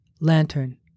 Lantern